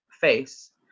face